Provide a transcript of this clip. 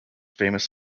famous